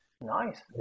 nice